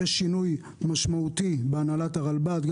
יש שינוי משמעותי בהנהלת הרלב"ד גם